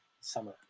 summer